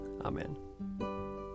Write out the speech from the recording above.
Amen